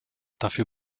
dafür